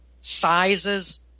sizes